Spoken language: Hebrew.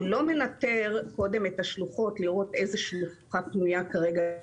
הוא לא מנטר קודם את השלוחות לראות איזו שלוחה פנויה כרגע,